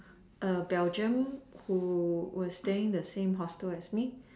A Belgium was staying in the hostel as me